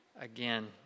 again